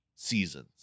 seasons